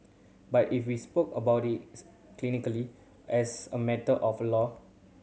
but if we spoke about it clinically as a matter of law